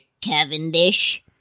Cavendish